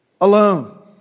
alone